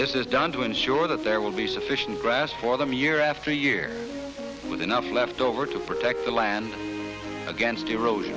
this is done to ensure that there will be sufficient grass for them year after year with enough left over to protect the land against ero